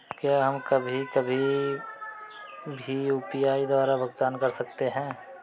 क्या हम कभी कभी भी यू.पी.आई द्वारा भुगतान कर सकते हैं?